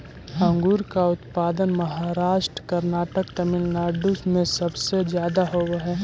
अंगूर का उत्पादन महाराष्ट्र, कर्नाटक, तमिलनाडु में सबसे ज्यादा होवअ हई